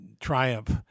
triumph